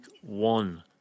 one